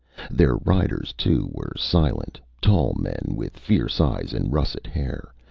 their riders too were silent tall men with fierce eyes and russet hair,